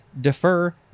defer